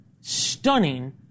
stunning